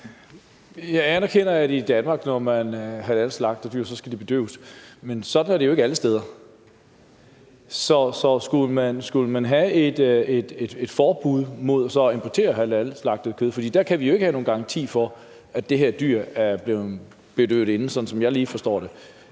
halalslagter dyr, så skal de bedøves, men sådan er det jo ikke alle steder. Så skulle man have et forbud mod at importere halalslagtet kød? For der kan vi jo ikke have nogen garanti for, at det her dyr er blevet er bedøvet inden – sådan som jeg lige forstår det.